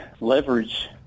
leverage